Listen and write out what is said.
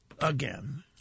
Again